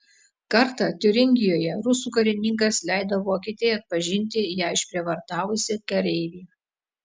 kartą tiuringijoje rusų karininkas leido vokietei atpažinti ją išprievartavusį kareivį